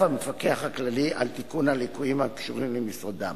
המפקח הכללי על תיקון הליקויים הקשורים במשרדם.